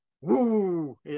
woo